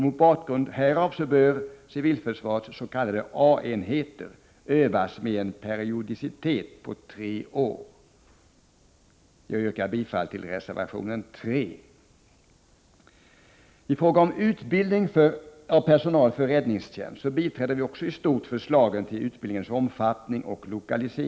Mot bakgrund härav bör civilförsvarets s.k. A-enheter övas med en periodicitet på tre år. Jag yrkar bifall till reservation 3. I fråga om utbildning av personal för räddningstjänst biträder vi i stort förslagen till utbildningens omfattning och lokalisering.